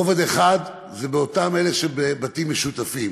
רובד אחד הוא אותם אלה שבבתים משותפים